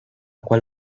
cual